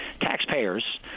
taxpayers